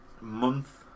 month